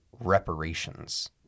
reparations